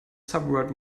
subword